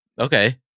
Okay